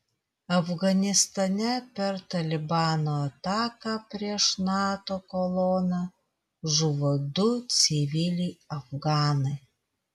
afganistane per talibano ataką prieš nato koloną žuvo du civiliai afganai